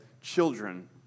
children